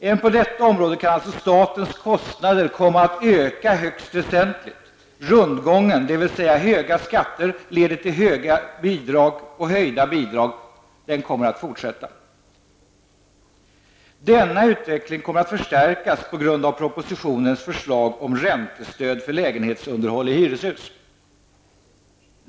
Även på detta område kan alltså statens kostnader komma att öka högst väsentligt. Rundgången, dvs. att höga skatter leder till höga bidrag, kommer att fortsätta. Denna utveckling kommer att förstärkas på grund av propositionens förslag om räntestöd för lägenhetsunderhåll i hyreshus.